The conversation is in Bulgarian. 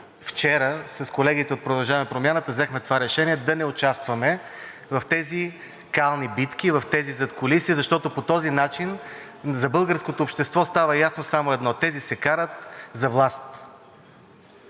вчера с колегите от „Продължаваме Промяната“ взехме това решение да не участваме в тези кални битки, в тези задкулисия, защото по този начин за българското общество става ясно само едно – тези се карат за власт.